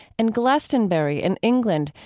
and glastonbury in england,